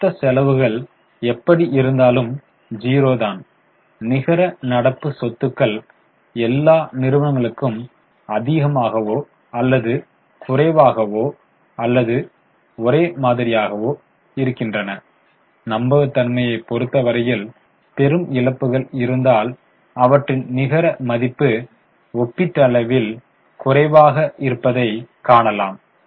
மொத்த செலவுகள் எப்படி இருந்தாலும் 0 தான் நிகர நடப்பு சொத்துக்கள் எல்லா நிறுவனங்களுக்கு அதிகமாகவோ அல்லது குறைவாகவோ அல்லது ஒரே மாதிரியாக இருக்கின்றன நம்பகத்தன்மையை பொறுத்த வரையில் பெரும் இழப்புகள் இருந்தால் அவற்றின் நிகர மதிப்பு ஒப்பீட்டளவில் குறைவாக இருப்பதைக் காணலாம்